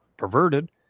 Perverted